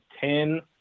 ten